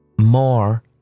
more